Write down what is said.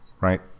Right